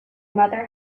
mother